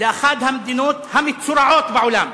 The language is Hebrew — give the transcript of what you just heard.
לאחת המדינות המצורעות בעולם.